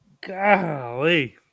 Golly